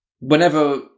Whenever